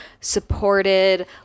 supported